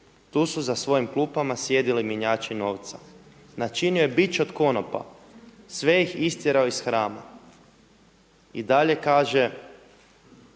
Tu su za svojim klupama sjedili mjenjači novca. Načinio je bič od konopa, sve ih istjerao iz hrama.“ I dalje kaže: